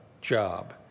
job